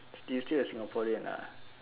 still still a singaporean lah